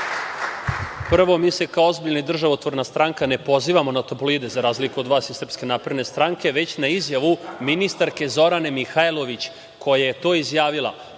Prvo, mi se kao ozbiljna i državotvorna stranka ne pozivamo na tabloide, za razliku od vas iz SNS, već na izjavu ministarke Zorane Mihajlović, koja je to izjavila.